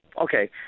okay